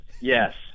yes